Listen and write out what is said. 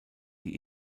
die